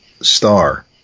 Star